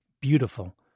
beautiful